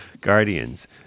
guardians